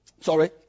Sorry